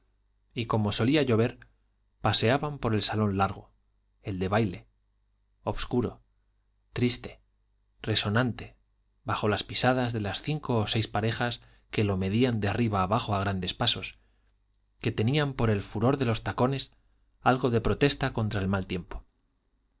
y como solía llover paseaban por el salón largo el de baile obscuro triste resonante bajo las pisadas de las cinco o seis parejas que lo medían de arriba abajo a grandes pasos que tenían por el furor de los tacones algo de protesta contra el mal tiempo